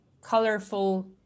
Colorful